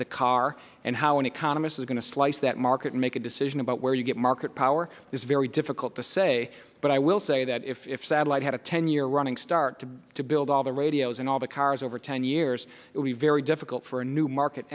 the car and how an economist is going to slice that market make a decision about where you get market power it's very difficult to say but i will say that if satellite had a ten year running start to build all the radios and all the cars over ten years we very difficult for a new market